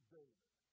David